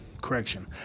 Correction